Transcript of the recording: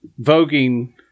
voguing –